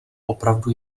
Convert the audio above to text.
opravdu